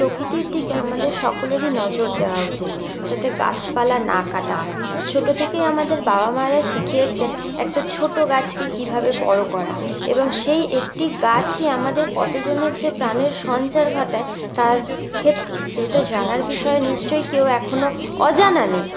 প্রকৃতির দিকে আমাদের সকলেরই নজর দেওয়া উচিত যাতে গাছপালা না কাটা হয় ছোটো থেকেই আমাদের বাবা মায়েরা শিখিয়েছেন একটা ছোটো গাছকে কীভাবে বড়ো করা এবং সেই একটি গাছই আমাদের কত জনের যে প্রাণের সঞ্চার ঘটায় তার ক্ষেত সেটা জানার বিষয় নিশ্চয়ই কেউ এখনও অজানা নেই